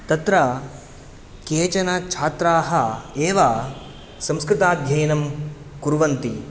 तत्र केचन छात्राः एव संस्कृताध्ययनं कुर्वन्ति